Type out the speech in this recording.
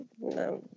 no